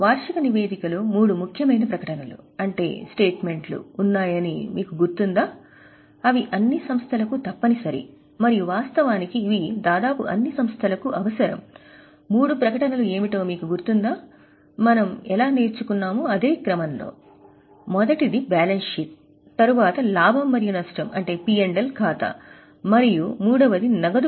వార్షిక నివేదికలో మూడు ముఖ్యమైన ప్రకటనలు అంటే స్టేట్ మెంట్ లు